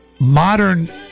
modern